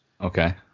Okay